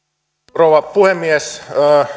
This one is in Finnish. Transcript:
rouva puhemies